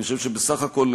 אני חושב שבסך הכול,